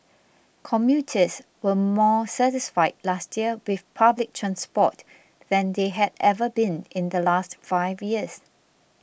commuters were more satisfied last year with public transport than they had ever been in the last five years